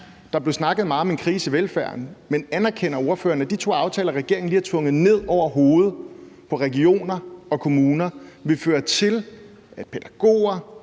Der blev talt meget om en krise i velfærden, men anerkender ordføreren, at de to aftaler, som regeringen lige har tvunget ned over hovedet på regioner og kommuner, vil føre til, at pædagoger,